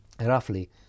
roughly